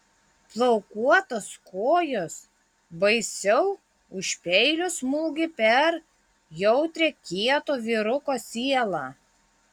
plaukuotos kojos baisiau už peilio smūgį per jautrią kieto vyruko sielą